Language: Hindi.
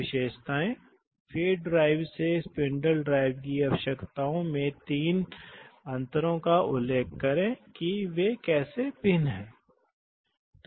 एक ऐसे एप्लिकेशन का नाम बताइए जहां हाइड्रोलिक नियंत्रण के लिए न्यूमेटिक्स नियंत्रण अधिक फायदेमंद है इसलिए मैंने एक एप्लिकेशन दिया है जो लिंक करने के लिए असेंबली है आप दूसरों के बारे में सोच सकते हैं